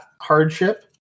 hardship